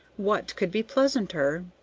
what could be pleasanter?